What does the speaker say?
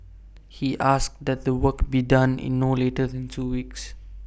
he asked that the work be done in no later than two weeks